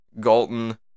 Galton